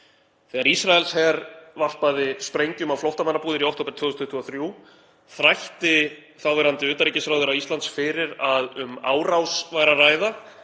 Þegar Ísraelsher varpaði sprengjum á flóttamannabúðir í október 2023 þrætti þáverandi utanríkisráðherra Íslands fyrir að um árás væri að ræða.